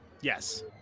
yes